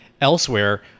elsewhere